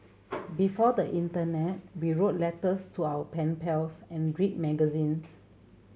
before the internet we wrote letters to our pen pals and read magazines